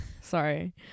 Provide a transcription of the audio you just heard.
sorry